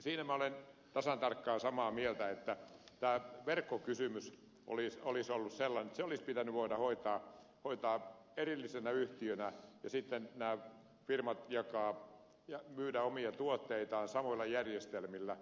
siinä minä olen tasan tarkkaan samaa mieltä että tämä verkkokysymys olisi ollut sellainen että se olisi pitänyt voida hoitaa erillisenä yhtiönä ja sitten näiden firmojen myydä omia tuotteitaan samoilla järjestelmillä